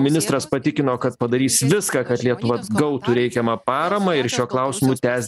ministras patikino kad padarys viską kad lietuva gautų reikiamą paramą ir šiuo klausimu tęs